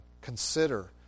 consider